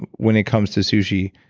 when it comes to sushi,